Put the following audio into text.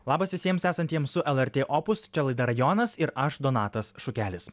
labas visiems esantiems su lrt opus čia laida rajonas ir aš donatas šukelis